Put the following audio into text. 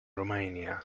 romania